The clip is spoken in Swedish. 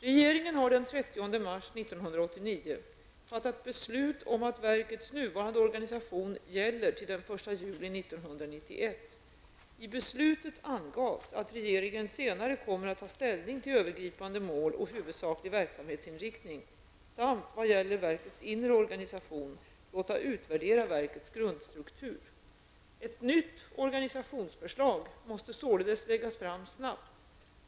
Regeringen har den 30 mars 1989 fattat beslut om att verkets nuvarande organisation gäller till den 1 juli 1991. I beslutet angavs att regeringen senare kommer att ta ställning till övergripande mål och huvudsaklig verksamhetsinriktning samt, vad gäller verkets inre organisation, låta utvärdera verkets grundstruktur. Ett nytt organisationsförslag måste således läggas fram snabbt.